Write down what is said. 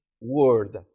word